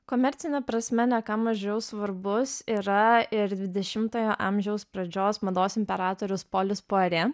komercine prasme ne ką mažiau svarbus yra ir dvidešimtojo amžiaus pradžios mados imperatorius polis poerė